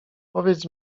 powiedz